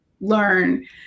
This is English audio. learn